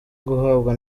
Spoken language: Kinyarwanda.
guhabwa